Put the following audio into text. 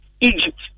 Egypt